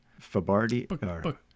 Fabardi